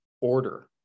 order